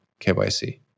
KYC